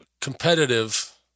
competitive